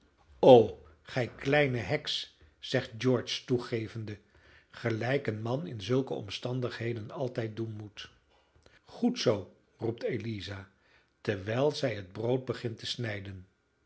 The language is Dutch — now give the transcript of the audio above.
o gij kleine heks zegt george toegevende gelijk een man in zulke omstandigheden altijd doen moet goed zoo roept eliza terwijl zij het brood begint te snijden